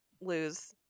lose